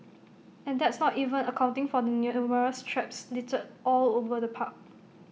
and that's not even accounting for the numerous traps littered all over the park